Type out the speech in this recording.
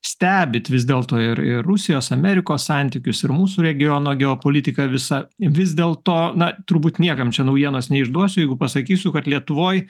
stebit vis dėl to ir ir rusijos amerikos santykius ir mūsų regiono geopolitiką visą vis dėl to na turbūt niekam čia naujienos neišduosiu jeigu pasakysiu kad lietuvoj